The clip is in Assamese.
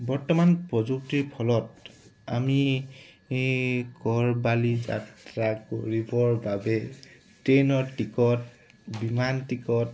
বৰ্তমান প্ৰযুক্তিৰ ফলত আমি গৰবালি যাত্ৰা কৰিবৰ বাবে ট্ৰেইনৰ টিকট বিমান টিকট